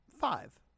five